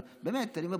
באמת אני אומר,